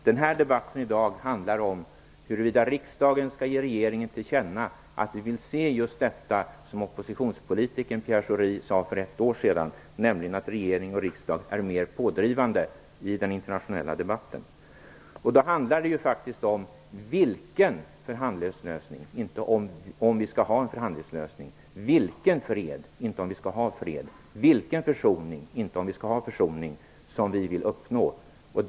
Debatten i dag handlar om huruvida riksdagen skall ge regeringen till känna att vi vill se just detta som oppositionspolitikern Pierre Schori sade för ett år sedan, nämligen att regering och riksdag är mer pådrivande i den internationella debatten. Då handlar det faktiskt om vilken förhandlingslösning som skall uppnås, inte om vi skall ha en förhandlingslösning. Det handlar om vilken fred vi skall ha, inte om vi skall ha fred. Det handlar om vilken försoning som vi vill uppnå, inte om vi skall ha en försoning.